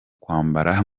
kwambara